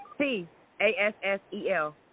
T-A-S-S-E-L